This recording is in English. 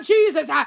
Jesus